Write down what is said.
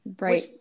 Right